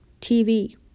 TV